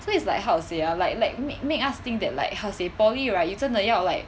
so it's like how to say ah like like make make us think that like how say poly right 你真的要 like